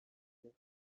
here